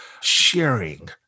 sharing